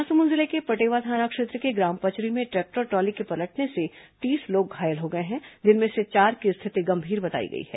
महासमुंद जिले के पटेवा थाना क्षेत्र के ग्राम पचरी में ट्रैक्टर ट्रॉली के पलटने से तीस लोग घायल हो गए हैं जिनमें से चार की स्थिति गंभीर बताई गई है